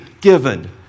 given